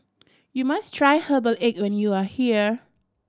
you must try herbal egg when you are here